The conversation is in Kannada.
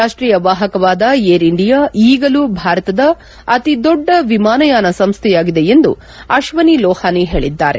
ರಾಷ್ಟೀಯ ವಾಹಕವಾದ ಏರ್ ಇಂಡಿಯಾ ಈಗಲೂ ಭಾರತದ ಅತಿದೊಡ್ಡ ವಿಮಾನಯಾನ ಸಂಸ್ಥೆಯಾಗಿದೆ ಎಂದು ಅಶ್ವನಿ ಲೋಹಾನಿ ಹೇಳಿದ್ದಾರೆ